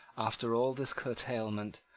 after all this curtailment,